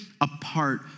apart